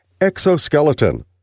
exoskeleton